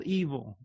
evil